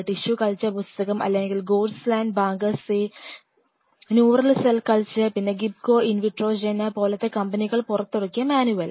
tissue culture പുസ്തകം അല്ലെങ്കിൽ ഗോർസ്ലൈൻ ബാങ്കർസെ ന്യൂറൽ സെൽ കൾച്ചർ പിന്നെ ഗിബ്കോ ഇൻവിട്രോജനർ പോലത്തെ കമ്പനികൾ പുറത്തിറക്കിയ മാനുവൽ